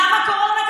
למה קורונה?